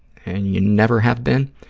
and you never have been,